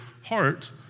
heart